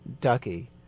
Ducky